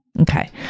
Okay